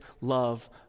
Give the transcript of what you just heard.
love